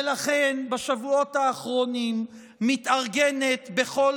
ולכן בשבועות האחרונים מתארגנת בכל